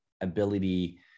ability